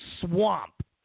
swamp